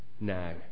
now